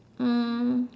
um